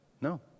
No